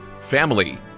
family